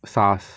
SARS